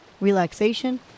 relaxation